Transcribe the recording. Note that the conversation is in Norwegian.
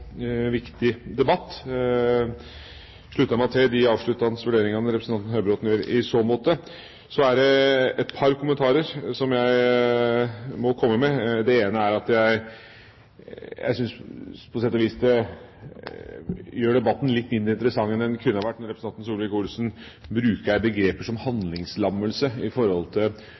viktig debatt. Jeg slutter meg til de siste vurderinger representanten Høybråten kom med i så måte. Så vil jeg komme med et par kommentarer. Det ene er at jeg på sett og vis syns at det gjør debatten litt mindre interessant enn det den kunne ha vært, når representanten Solvik-Olsen bruker begrep som «handlingslammelse» om olje- og gasspolitikken i